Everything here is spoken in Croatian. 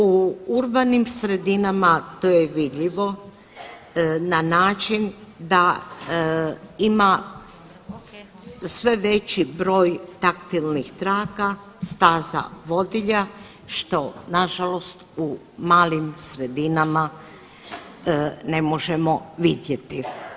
U urbanim sredinama to je vidljivo na način da ima sve veći broj taktilnih traka, staza vodilja što nažalost u malim sredinama ne možemo vidjeti.